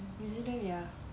new zealand ya